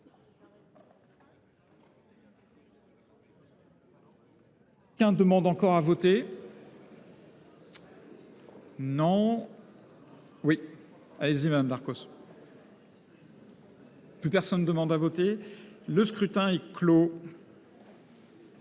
Le scrutin est clos.